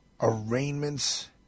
arraignments